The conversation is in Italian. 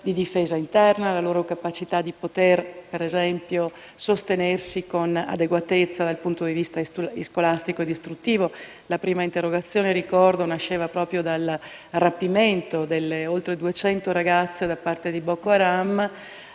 la loro capacità di difesa interna e di sostenersi con adeguatezza dal punto di vista scolastico ed istruttivo. La prima interrogazione nasceva proprio dal rapimento di oltre duecento ragazze da parte di Boko Haram.